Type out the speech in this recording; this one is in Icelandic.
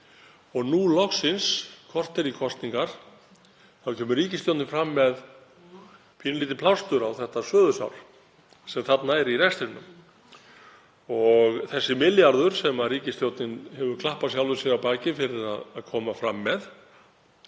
og nú loksins korter í kosningar kemur ríkisstjórnin fram með pínulítinn plástur á þetta svöðusár sem þarna er í rekstrinum. Þessi milljarður sem ríkisstjórnin hefur klappað sjálfri sér á bakið fyrir að koma fram með